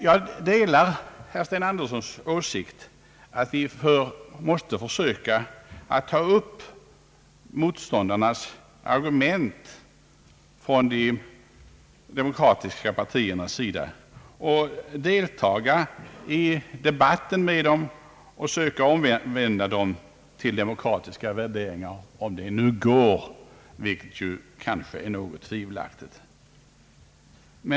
Jag delar herr Sten Anderssons åsikt att vi från de demokratiska partiernas sida måste försöka ta upp motståndarnas argument och delta i debatten med dem och försöka omvända dem till demokratiska värderingar, om det nu går, vilket kanske är något tvivelaktigt.